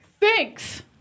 Thanks